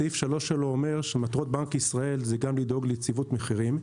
בסעיף 3 שלו אומר שמטרות בנק ישראל זה גם לדאוג ליציבות מחירים.